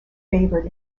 favored